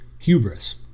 hubris